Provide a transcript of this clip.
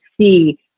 see